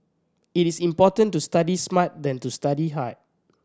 it is important to study smart than to study hard